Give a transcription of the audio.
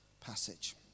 passage